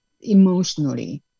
emotionally